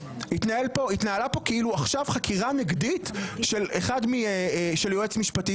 התנהלה כאן כאילו עכשיו חקירה נגדית של יועץ משפטי.